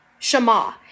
Shema